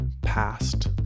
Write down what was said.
past